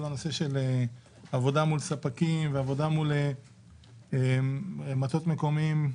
כל הנושא של עבודה מול ספקים ועבודה מול מועצות מקומיות,